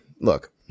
look